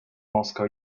moscow